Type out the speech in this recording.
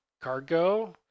cargo